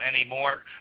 anymore